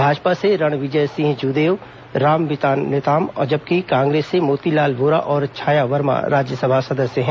भाजपा से रणविजय सिंह जूदेव और रामविचार नेताम जबकि कांग्रेस से मोतीलाल वोरा और छाया वर्मा राज्यसभा सदस्य हैं